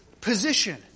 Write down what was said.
position